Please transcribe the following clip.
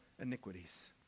iniquities